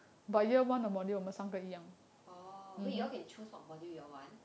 oh wait you all can choose what module you all want